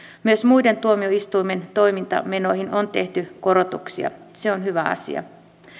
myös muiden tuomioistuinten toimintamenoihin on tehty korotuksia se on hyvä asia